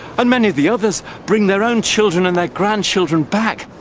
and many of the others bring their own children and their grandchildren back,